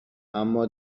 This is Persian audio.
اما